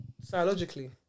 Psychologically